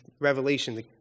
Revelation